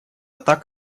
так